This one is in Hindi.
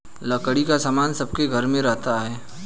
लकड़ी का सामान सबके घर में रहता है